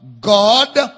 God